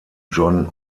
jon